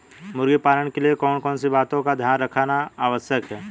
मुर्गी पालन के लिए कौन कौन सी बातों का ध्यान रखना आवश्यक है?